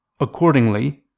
Accordingly